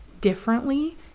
differently